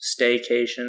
staycation